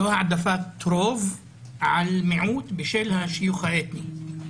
לא העדפת רוב על מיעוט בשל השיוך האתני.